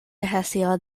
hesiod